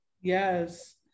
yes